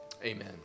Amen